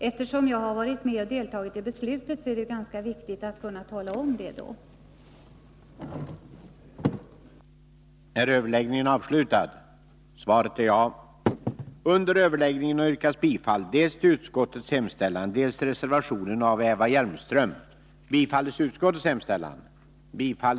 Eftersom jag har varit med och deltagit i beslutet, är det ganska viktigt att kunna tala om hur det förhåller sig.